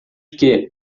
que